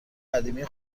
قدیمی